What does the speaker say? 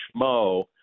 Schmo